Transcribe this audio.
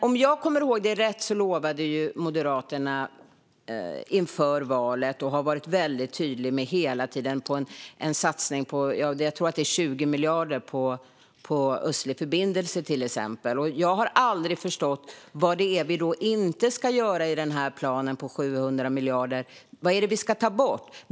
Om jag kommer ihåg det rätt lovade Moderaterna inför valet en satsning på, tror jag, 20 miljarder på Östlig förbindelse, och ni har hela tiden varit väldigt tydliga med detta. Jag har aldrig förstått vad det då är vi inte ska göra i denna plan om 700 miljarder. Vad är det vi ska ta bort?